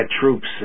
troops